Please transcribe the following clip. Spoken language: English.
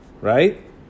Right